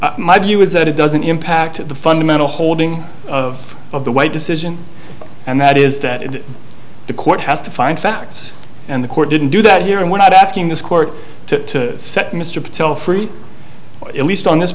s my view is that it doesn't impact the fundamental holding of of the white decision and that is that the court has to find facts and the court didn't do that here and what asking this court to set mr patel free at least on this